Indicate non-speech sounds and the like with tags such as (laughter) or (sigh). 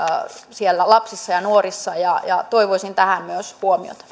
siellä lapsissa ja nuorissa toivoisin tähän myös huomiota (unintelligible)